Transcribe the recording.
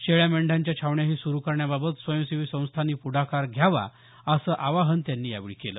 शेळ्या मेंढ्यांच्या छावण्याही सुरू करण्याबाबत स्वयंसेवी संस्थांनी प्रढाकार घ्यावा असं आवाहन त्यांनी यावेळी केलं